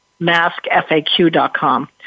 maskfaq.com